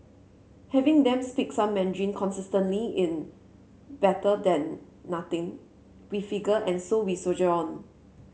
having them speak some Mandarin consistently in better than nothing we figure and so we soldier on